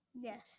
Yes